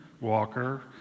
Walker